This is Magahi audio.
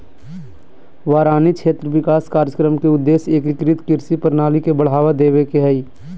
वारानी क्षेत्र विकास कार्यक्रम के उद्देश्य एकीकृत कृषि प्रणाली के बढ़ावा देवे के हई